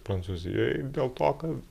prancūzijoj dėl to kad